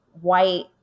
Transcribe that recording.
white